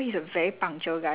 for a lunch